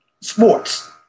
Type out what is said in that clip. sports